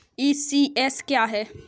ECS क्या है?